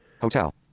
hotel